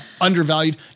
undervalued